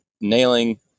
nailing